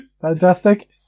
Fantastic